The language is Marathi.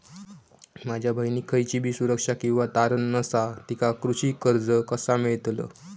माझ्या बहिणीक खयचीबी सुरक्षा किंवा तारण नसा तिका कृषी कर्ज कसा मेळतल?